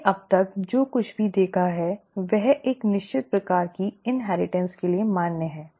हमने अब तक जो कुछ भी देखा है वह एक निश्चित प्रकार की इनहेरिटेंस के लिए मान्य है